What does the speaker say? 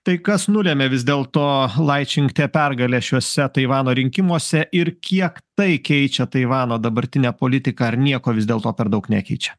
tai kas nulemė vis dėl to laičinktę pergalę šiuose taivano rinkimuose ir kiek tai keičia taivano dabartinę politiką ar nieko vis dėl to per daug nekeičia